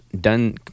done